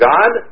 God